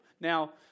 Now